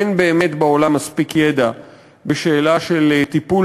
אין באמת בעולם מספיק ידע בשאלה של טיפול